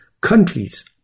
countries